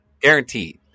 guaranteed